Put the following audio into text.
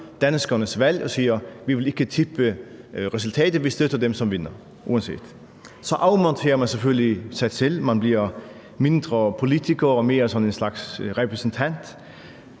danskernes valg og siger: Vi vil ikke tippe resultatet; vi støtter dem, som vinder, uanset hvad. Så afmonterer man selvfølgelig sig selv; man bliver mindre politiker og mere sådan en slags repræsentant,